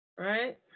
right